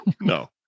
no